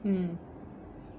mm